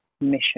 mission